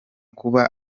kuba